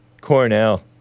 Cornell